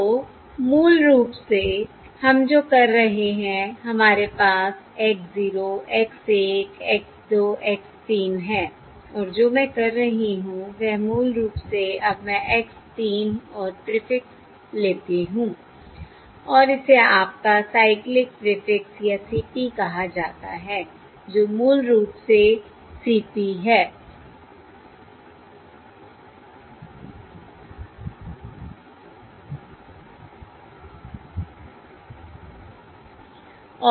तो मूल रूप से हम जो कर रहे हैं हमारे पास X 0 X 1 X 2 X 3 है और जो मैं कर रही हूं वह मूल रूप से अब मैं X 3 और प्रीफिक्स लेती हूं और इसे आपका साइक्लिक प्रीफिक्स या CP कहा जाता है जो मूल रूप से CP हैं